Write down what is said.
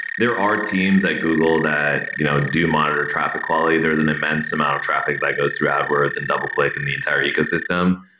there are teams at google that you know do monitor traffic quality. there's an immense amount of traffic that goes throughout adwords and double-click in the entire ecosystem.